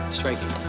striking